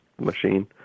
machine